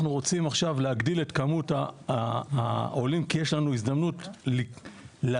רוצים עכשיו להגדיל את כמות העולים כי יש לנו הזדמנות להביא,